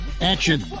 Action